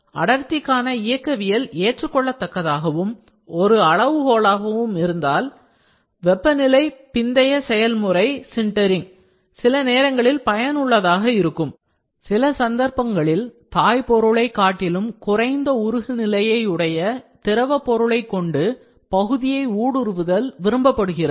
அடர்த்திக்கான இயக்கவியல் ஏற்றுக்கொள்ளத்தக்கதாகவும் ஒரு அளவுகோலாகவும் இருந்தால் உயர் வெப்பநிலை பிந்தைய செயல்முறை சின்டெரிங் சில நேரங்களில் பயனுள்ளதாக இருக்கும் சில சந்தர்ப்பங்களில் தாய் பொருளைக் காட்டிலும் குறைந்த உருகு நிலையுடைய திரவப் பொருளைக் கொண்டு பகுதியை ஊடுருவுதல் விரும்பப்படுகிறது